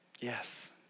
Yes